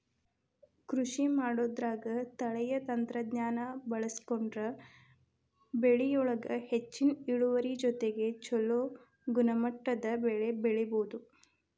ಕೃಷಿಮಾಡೋದ್ರಾಗ ತಳೇಯ ತಂತ್ರಜ್ಞಾನ ಬಳಸ್ಕೊಂಡ್ರ ಬೆಳಿಯೊಳಗ ಹೆಚ್ಚಿನ ಇಳುವರಿ ಜೊತೆಗೆ ಚೊಲೋ ಗುಣಮಟ್ಟದ ಬೆಳಿ ಬೆಳಿಬೊದು